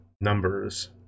numbers